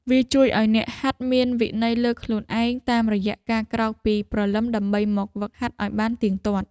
វាជួយឱ្យអ្នកហាត់មានវិន័យលើខ្លួនឯងតាមរយៈការក្រោកពីព្រលឹមដើម្បីមកហ្វឹកហាត់ឱ្យបានទៀងទាត់។